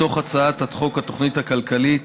ו-(11), מתוך הצעת חוק התוכנית הכלכלית,